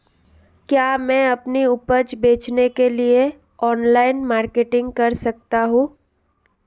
क्या मैं अपनी उपज बेचने के लिए ऑनलाइन मार्केटिंग कर सकता हूँ?